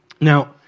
Now